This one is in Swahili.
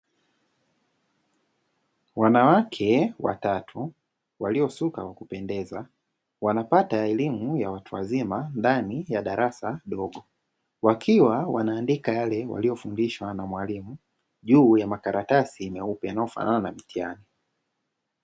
Wanawake watatu walio suka kwa kupendeza, wanapata elimu ya watu wazima ndani ya darasa dogo, wakiwa wanaandika yale waliyo fundishwa na mwalimu juu ya makaratasi meupe yanayo fanana na mtihani.